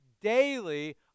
daily